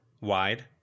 wide